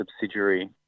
subsidiary